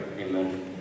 Amen